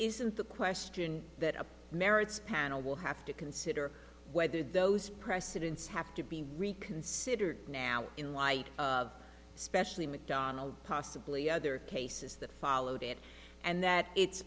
isn't the question that a merits panel will have to consider whether those precedents have to be reconsidered now in light of especially mcdonald's possibly other cases that followed it and that it's